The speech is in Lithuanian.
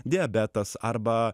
diabetas arba